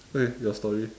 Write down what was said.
okay your story